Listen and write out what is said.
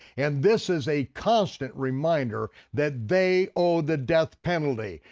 and this is a constant reminder that they owe the death penalty.